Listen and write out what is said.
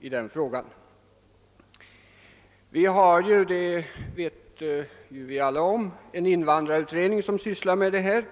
Som alla vet pågår det en invandrarutredning som sysslar med denna fråga,